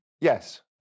Yes